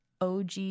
OG